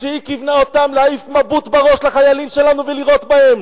שהיא כיוונה אותם להעיף נבוט בראש לחיילים שלנו ולירות בהם,